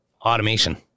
automation